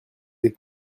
des